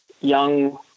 young